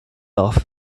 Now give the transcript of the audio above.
off